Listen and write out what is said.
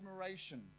admiration